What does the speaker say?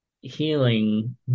healing